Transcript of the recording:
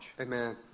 Amen